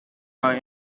are